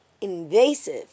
invasive